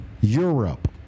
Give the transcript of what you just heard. Europe